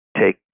take